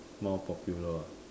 more popular ah